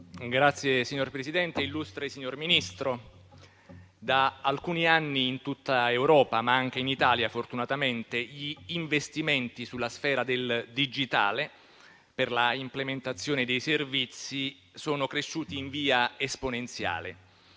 Signora Presidente, illustre signor Ministro, da alcuni anni in tutta Europa, ma anche in Italia fortunatamente, gli investimenti sulla sfera del digitale per l'implementazione dei servizi sono cresciuti in via esponenziale,